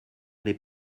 les